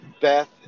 Beth